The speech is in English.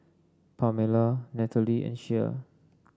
Pamella Nathalie and Shea